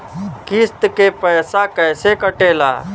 किस्त के पैसा कैसे कटेला?